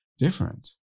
Different